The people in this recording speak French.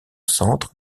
centre